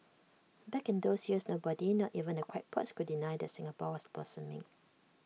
back in those years nobody not even the crackpots could deny that Singapore was blossoming